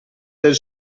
del